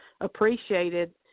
appreciated